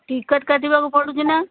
ticket କାଟିବାକୁ ପଡ଼ୁଛି ନା